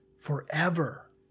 forever